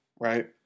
right